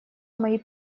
мои